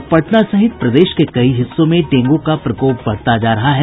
और पटना सहित प्रदेश के कई हिस्सों में डेंगू का प्रकोप बढ़ता जा रहा है